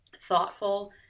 thoughtful